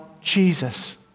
Jesus